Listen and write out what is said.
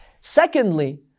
Secondly